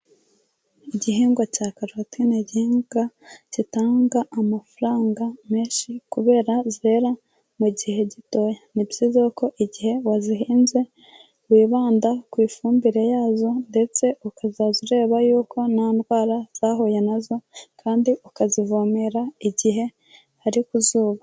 Igihingwa cya caroti ni igihingwa gitanga amafaranga menshi kubera zera mu gihe gitoya, ni byiza ko igihe wazihinze wibanda ku ifumbire yazo ndetse ukazajya ureba yuko nta ndwara zahuye nazo kandi ukazivomera igihe ari ku zuba.